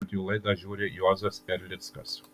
kad jų laidą žiūri juozas erlickas